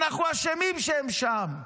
אנחנו אשמים שהם שם.